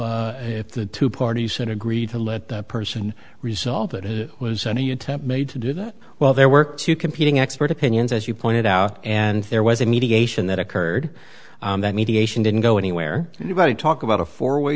if the two parties had agreed to let the person resolve that it was any attempt made to do that well there were two competing expert opinions as you pointed out and there was a mediation that occurred that mediation didn't go anywhere anybody talk about a four way